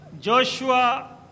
Joshua